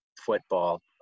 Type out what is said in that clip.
football